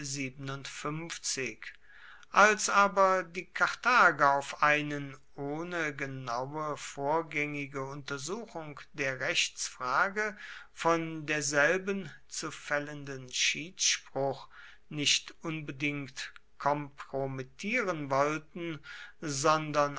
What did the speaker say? als aber die karthager auf einen ohne genaue vorgängige untersuchung der rechtsfrage von derselben zu fällenden schiedsspruch nicht unbedingt kompromittieren wollten sondern